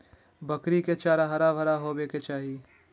बकरी के चारा हरा भरा होबय के चाही